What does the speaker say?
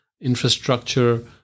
infrastructure